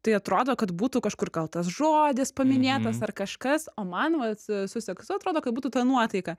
tai atrodo kad būtų kažkur gal tas žodis paminėtas ar kažkas o man vat su seksu atrodo kad būtų ta nuotaika